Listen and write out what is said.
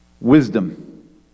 Wisdom